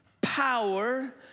power